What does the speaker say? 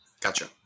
Gotcha